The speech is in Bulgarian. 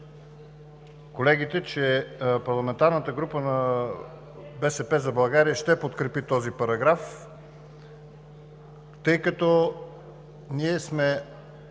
колегите, че парламентарната група на БСП за България ще подкрепи този параграф, тъй като ние сме